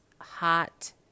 hot